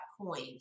point